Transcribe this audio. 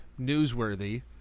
newsworthy